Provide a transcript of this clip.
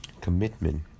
commitment